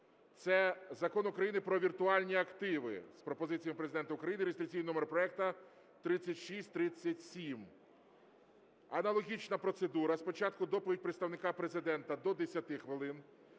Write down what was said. Це Закон України "Про віртуальні активи" з пропозиціями Президента України (реєстраційний номер проекту 3637). Аналогічна процедура: спочатку доповідь представника Президента – до 10 хвилин,